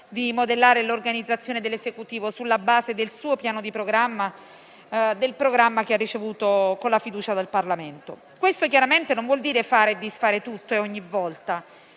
di modellare l'organizzazione dell'Esecutivo sulla base del suo piano di programma, quel programma che ha ricevuto la fiducia del Parlamento. Questo chiaramente non vuol dire fare e disfare tutto ogni volta